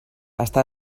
està